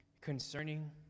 concerning